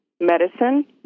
medicine